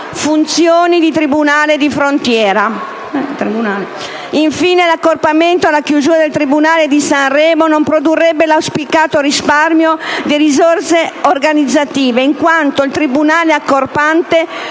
funzioni di tribunale di frontiera. Infine, l'accorpamento e la chiusura del tribunale di Sanremo non produrrebbe l'auspicato risparmio di risorse organizzative, in quanto il tribunale accorpante